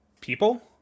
people